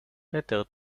better